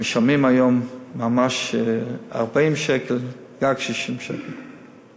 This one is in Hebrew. משלמים היום ממש 40 שקל, וגג, 60 שקל.